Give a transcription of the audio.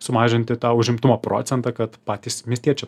sumažinti tą užimtumo procentą kad patys miestiečiai